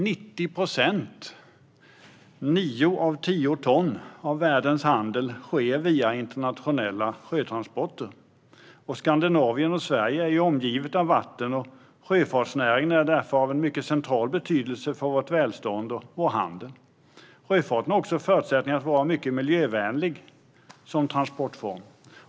90 procent, nio av tio ton, av världens handel sker via internationella sjötransporter. Skandinavien och Sverige är ju omgivet av vatten. Sjöfartsnäringen är därför av en mycket central betydelse för vårt välstånd och vår handel. Sjöfarten har också förutsättningar att vara mycket miljövänlig som transportform.